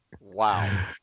Wow